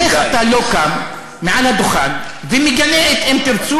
איך אתה לא קם מעל הדוכן ומגנה את "אם תרצו"